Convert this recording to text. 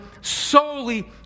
solely